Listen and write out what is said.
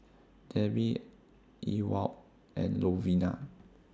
Debby Ewald and Lovina